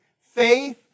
Faith